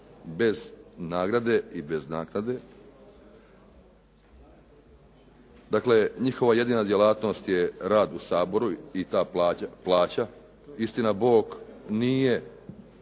bez nagrade i bez naknade. Dakle, njihova jedina djelatnost je rad u Saboru i ta plaća. Istina Bog, nije